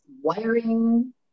wiring